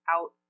out